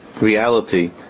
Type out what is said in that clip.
reality